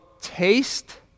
taste